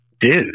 dude